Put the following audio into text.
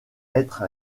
être